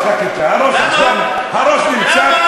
אבל הראש לא בחקיקה, הראש, למה?